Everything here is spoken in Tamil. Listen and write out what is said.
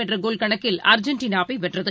என்றகோல் கணக்கில் அர்ஜென்டினாவைவென்றது